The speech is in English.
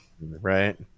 Right